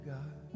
God